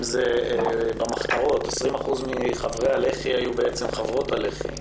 אם זה במחתרות 20% מחברי הלח"י היו בעצם חברות הלח"י,